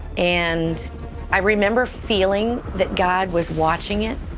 and i remember feeling that god was watching it,